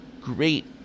great